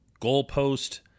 goalpost